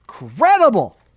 incredible